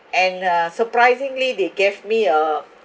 and uh surprisingly they gave me a